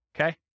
Okay